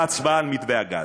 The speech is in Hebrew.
בהצבעה על מתווה הגז?